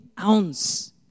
ounce